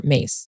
Mace